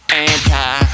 anti